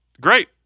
Great